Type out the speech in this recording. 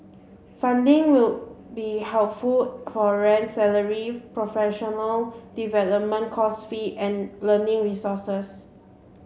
funding will be helpful for rent salary professional development course fees and learning resources